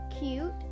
Cute